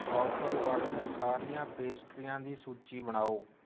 offer ਵਾਲੀਆਂ ਸਾਰੀਆਂ ਪੇਸਟਰੀਆਂ ਦੀ ਸੂਚੀ ਬਣਾਓ